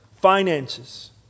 finances